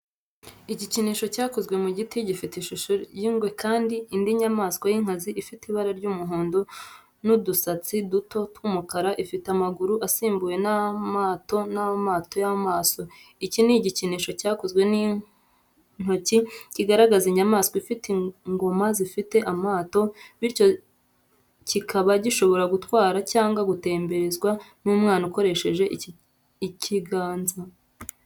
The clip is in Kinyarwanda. Igikinisho cyakozwe mu giti gifite ishusho y’ingwe cyangwa indi nyamaswa y’inkazi ifite ibara ry’umuhondo n’udusatsi duto tw’umukara ifite amaguru asimbuwe n’amato n’amato y’amaso. Iki ni igikinisho cyakozwe n’intoki kigaragaza inyamaswa ifite ingoma zifite amato bityo kikaba gishobora gutwarwa cyangwa gutemberezwa n’umwana akoresheje ikiganza.